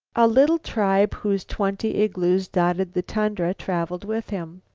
a little tribe whose twenty igloos dotted the tundra traveled with him.